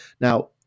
Now